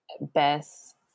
best